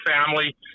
family